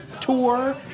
tour